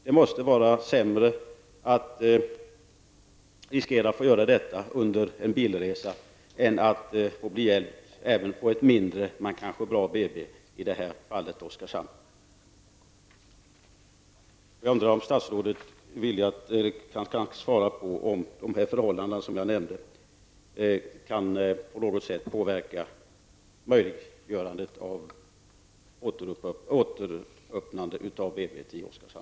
Det måste vara sämre att riskera att få göra detta under en bilresa än att bli hjälpt på ett mindre men bra BB, i det här fallet Oskarshamn. Jag undrar om statsrådet är villig att svara på om dessa förhållanden på något sätt kan påverka ett återöppnande av BB i Oskarshamn.